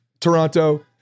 Toronto